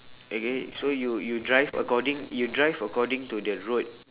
okay so you you drive according you drive according to the road